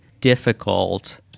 difficult